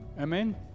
Amen